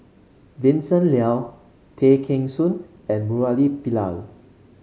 Vincent Leow Tay Kheng Soon and Murali Pillai